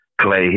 Clay